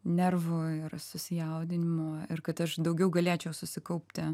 nervų ir susijaudinimo ir kad aš daugiau galėčiau susikaupti